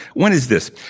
one is this,